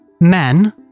Men